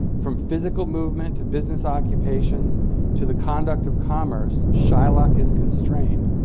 from physical movement to business occupation to the conduct of commerce, shylock is constrained.